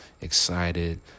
excited